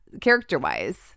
character-wise